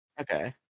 Okay